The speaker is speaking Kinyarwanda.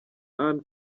anne